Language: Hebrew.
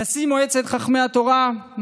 נשיא מועצת חכמי התורה,